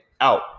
out